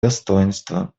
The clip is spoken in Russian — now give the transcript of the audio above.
достоинства